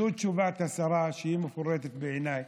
זו תשובת השרה, שהיא מפורטת בעיניי.